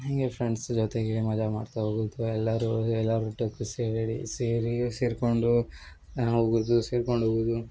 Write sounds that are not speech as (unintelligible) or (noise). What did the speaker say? ಹೀಗೆ ಫ್ರೆಂಡ್ಸ್ ಜೊತೆಗೆ ಮಜಾ ಮಾಡ್ತಾ ಹೋಗುದು ಎಲ್ಲರು ಎಲ್ಲರು (unintelligible) ಸೇರಿ ಸೇರ್ಕೊಂಡು ಹೋಗುದು ಸೇರ್ಕೊಂಡು ಹೋಗುದು